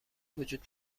وجود